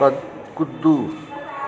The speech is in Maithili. कूदू